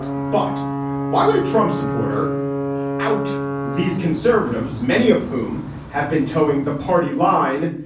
but why would a trump supporter out these conservatives, many of whom have been toeing the party line,